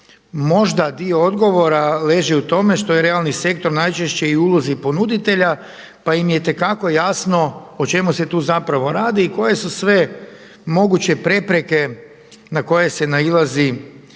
Možda dio odgovora leži u tome što je realni sektor najčešće i u ulozi ponuditelja pa im je itekako jasno o čemu se tu zapravo radi i koje su sve moguće prepreke na koje se nailazi